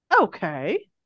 Okay